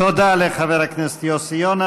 תודה לחבר הכנסת יוסי יונה.